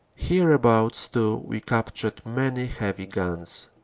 hereabouts too we captured many heavy guns.